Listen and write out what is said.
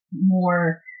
more